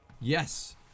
Yes